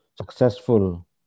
Successful